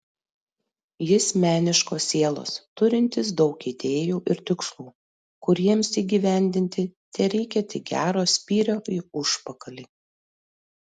jis meniškos sielos turintis daug idėjų ir tikslų kuriems įgyvendinti tereikia tik gero spyrio į užpakalį